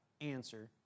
answer